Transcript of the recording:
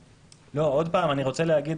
עוד פעם, אני רוצה להגיד